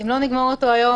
אם לא נגמור היום,